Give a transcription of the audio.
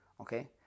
okay